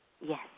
Yes